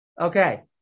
Okay